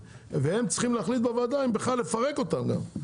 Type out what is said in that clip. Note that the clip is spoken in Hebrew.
והם צריכים להחליט בוועדה אם בכלל לפרק אותם גם,